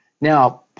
Now